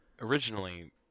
originally